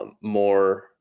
more